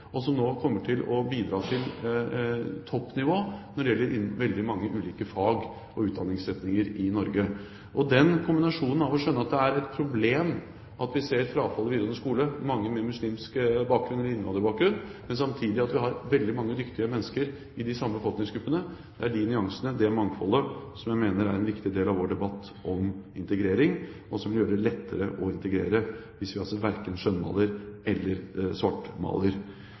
og som nå kommer til å bidra på toppnivå når det gjelder veldig mange ulike fag og utdanningsretninger i Norge. Den kombinasjonen, å skjønne at det er et problem med frafall i den videregående skole blant mange med muslimsk bakgrunn eller innvandrerbakgrunn, og samtidig se at vi har veldig mange dyktige mennesker i de samme befolkningsgruppene, det er de nyansene – det mangfoldet – som jeg mener er en viktig del av vår debatt om integrering, og som gjør det lettere å integrere hvis vi verken skjønnmaler eller svartmaler.